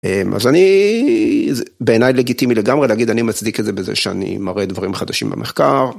אז אני בעיניי לגיטימי לגמרי להגיד אני מצדיק את זה בזה שאני מראה דברים חדשים במחקר.